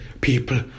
people